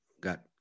got